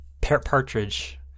partridge